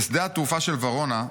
"בשדה התעופה של ורונה,